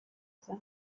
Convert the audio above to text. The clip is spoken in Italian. rosa